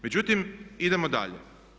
Međutim, idemo dalje.